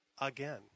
again